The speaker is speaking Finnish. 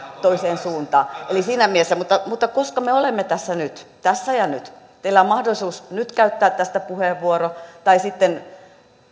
toiseen suuntaan eli siinä mielessä mutta mutta koska me olemme tässä nyt tässä ja nyt teillä on mahdollisuus nyt käyttää tästä puheenvuoro tai sitten